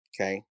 okay